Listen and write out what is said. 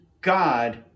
God